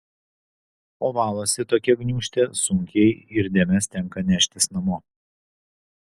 o valosi tokia gniūžtė sunkiai ir dėmes tenka neštis namo